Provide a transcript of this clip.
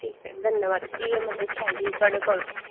मतलब इयै चाहिदी ही थुआढ़े कोला